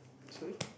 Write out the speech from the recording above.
sorry